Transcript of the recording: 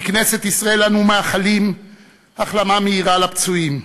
מכנסת ישראל, אנו מאחלים החלמה מהירה לפצועים.